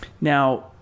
Now